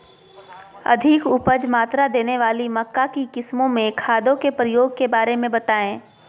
अधिक उपज मात्रा देने वाली मक्का की किस्मों में खादों के प्रयोग के बारे में बताएं?